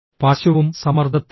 പശുവും സമ്മർദ്ദത്തിലാണ്